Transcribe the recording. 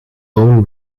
own